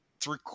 three